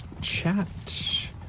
Chat